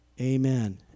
Amen